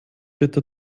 bitte